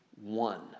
one